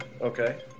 Okay